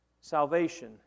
salvation